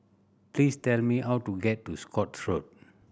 please tell me how to get to Scotts Road